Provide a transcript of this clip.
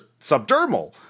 subdermal